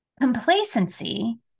Complacency